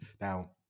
now